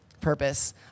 purpose